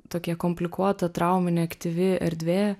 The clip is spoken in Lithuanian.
tokia komplikuota trauma neaktyvi erdvė